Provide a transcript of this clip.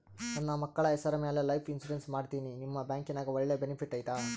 ನನ್ನ ಮಕ್ಕಳ ಹೆಸರ ಮ್ಯಾಲೆ ಲೈಫ್ ಇನ್ಸೂರೆನ್ಸ್ ಮಾಡತೇನಿ ನಿಮ್ಮ ಬ್ಯಾಂಕಿನ್ಯಾಗ ಒಳ್ಳೆ ಬೆನಿಫಿಟ್ ಐತಾ?